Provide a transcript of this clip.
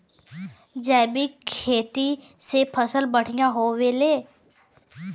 जैविक खेती से फसल बढ़िया होले